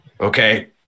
okay